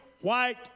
white